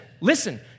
listen